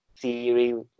Theory